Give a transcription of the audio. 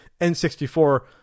N64